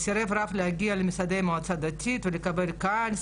הרב סירב להגיע למשרדי המועצה הדתית ולקבל קהל,